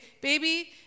baby